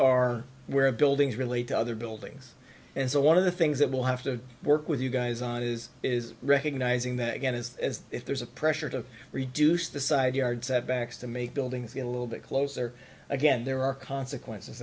are where buildings relate to other buildings and so one of the things that will have to work with you guys on is is recognizing that again is as if there's a pressure to reduce the side yard setbacks to make buildings get a little bit closer again there are consequences